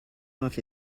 off